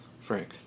Frank